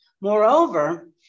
Moreover